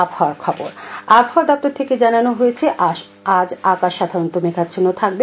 আবহাওয়া আবহাওয়া দপ্তর থেকে জানানো হয়েছে আজ আকাশ সাধারনত মেঘাচ্ছন্ন থাকবে